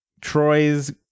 Troy's